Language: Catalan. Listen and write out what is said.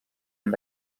amb